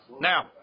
now